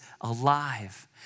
alive